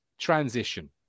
Transition